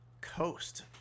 coast